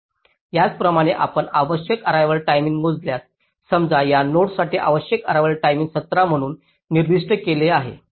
त्याचप्रमाणे आपण आवश्यक अर्रेवाल टाईम मोजल्यास समजा या नोडसाठी आवश्यक अर्रेवाल टाईम 17 म्हणून निर्दिष्ट केली गेली आहे